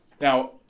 Now